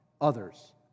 others